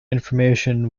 information